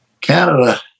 Canada